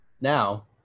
Now